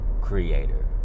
Creator